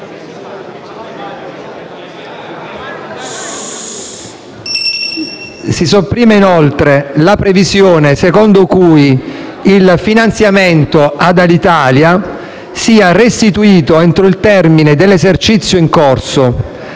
Si sopprime, inoltre, la previsione secondo cui il finanziamento ad Alitalia sia restituito entro il termine dell'esercizio in corso,